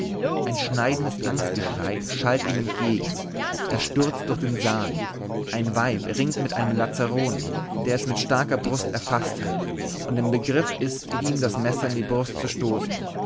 ein schneidendes angstgeschrei schallt ihm entgegen er stürzt durch den saal ein weib ringt mit einem lazzarone der es mit starker faust erfaßt hat und im begriff ist ihm das messer in die brust zu stoßen